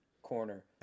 corner